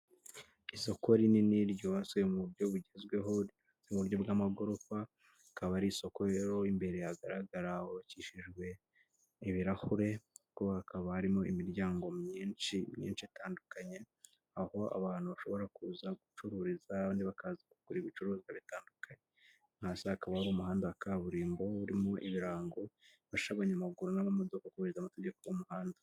Isoko rinini ryubatswe mu buryo bugezweho mu buryo bw'amagorofa, rikaba ari isoko rero imbere hagaragara hubakishijwe ibirahure, ubwo hakaba harimo imiryango myinshi myinshi itandukanye, aho abantu bashobora kuza gucururiza, abandi bakaza kugura ibicuruzwa bitandukanye, hano hasi hakaba hari umuhanda wa kaburimbo, uriho ibirango bifasha abanyamaguru n'amamodoka gukurikiza amategeko y'umuhanda.